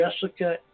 Jessica